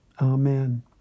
Amen